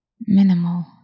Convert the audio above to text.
minimal